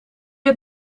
het